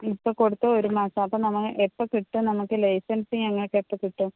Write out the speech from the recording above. ഇപ്പോൾ കൊടുത്താൽ ഒരുമാസം അപ്പോൾ നമ്മ എപ്പോൾ കിട്ടും നമുക്ക് ലൈസൻസ് ഞങ്ങൾക്ക് എപ്പോൾ കിട്ടും